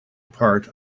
part